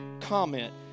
comment